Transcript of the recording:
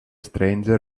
stranger